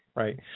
Right